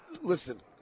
Listen